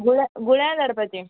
गुळ गुण्यार धाडपाचे